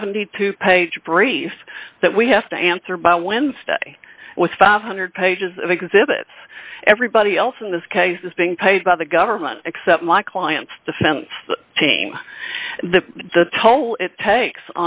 seventy two page brief that we have to answer by wednesday with five hundred pages of exhibits everybody else in this case is being paid by the government except my clients defense team the the toll it takes